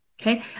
Okay